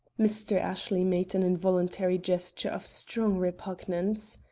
mr. ashley made an involuntary gesture of strong repugnance.